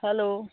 hello